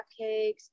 cupcakes